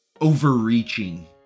overreaching